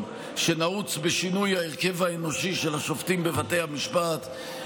שנעוץ בשינוי ההרכב האנושי של השופטים בבתי המשפט,